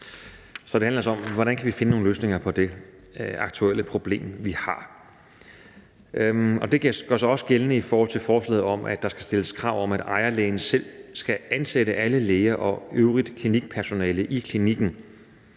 Så det handler altså om, hvordan vi kan finde nogle løsninger på det aktuelle problem, vi har. Det gør sig også gældende i forhold til forslaget om, at der skal stilles krav om, at ejerlægen selv skal ansætte alle læger og øvrigt klinikpersonale i klinikken.